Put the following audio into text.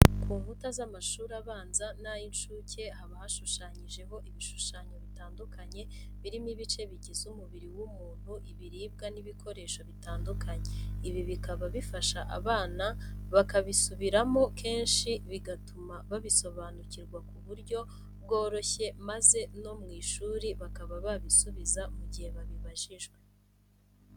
Ku nkuta z'amashuri abanza n'ay'incuke haba hashushanyijeho ibishushanyo bitandukanye birimo ibice bigize umubiri w'umuntu, ibiribwa n'ibikoresho bitandukanye. Ibi bikaba bifasha abana, bakabisubiramo kenshi bigatuma babisobanukirwa mu buryo bworoshye maze no mu ishuri bakaba babisubiza mu gihe babibajijwe.